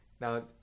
Now